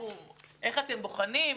איך אתם בוחנים?